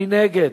מי נגד?